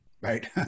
Right